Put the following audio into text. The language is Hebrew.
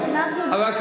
כמה זמן,